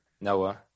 Noah